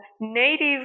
native